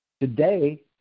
Today